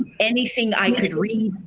anything i could read,